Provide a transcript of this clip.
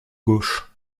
gauche